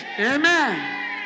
Amen